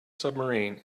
submarine